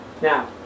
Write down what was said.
Now